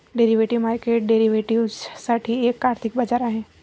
derivative market derivatives साठी एक आर्थिक बाजार आहे